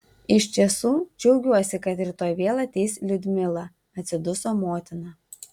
iš tiesų džiaugiuosi kad rytoj vėl ateis liudmila atsiduso motina